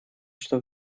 что